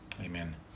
Amen